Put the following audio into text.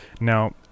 Now